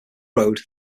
road